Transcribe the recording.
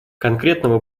конкретного